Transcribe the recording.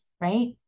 right